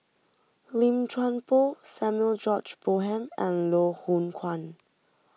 Lim Chuan Poh Samuel George Bonham and Loh Hoong Kwan